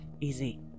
easy